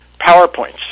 PowerPoints